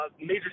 Major